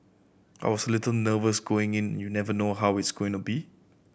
I was a little nervous going in you never know how it's going to be